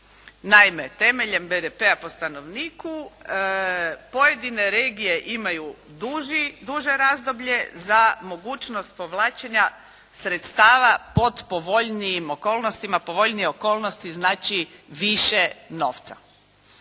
Naime, temeljem BDP-a po stanovniku pojedine regije imaju duže razdoblje za mogućnost povlačenja sredstava pod povoljnijim okolnostima, povoljnije okolnosti znači više novca.